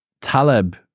taleb